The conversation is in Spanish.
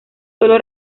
sólo